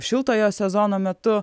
šiltojo sezono metu